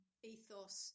ethos